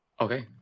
Okay